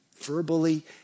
verbally